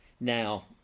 now